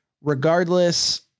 regardless